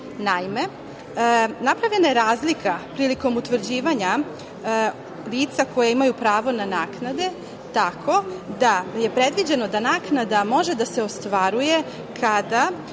Naime, napravljena je razlika prilikom utvrđivanja lica koje ima pravo na naknade, Predviđeno je da naknada može da se ostvaruje kada